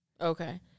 Okay